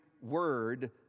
word